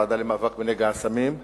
הוועדה למאבק בנגע הסמים,